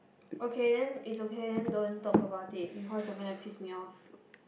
okay then it's okay then don't talk about it because you're gonna piss me off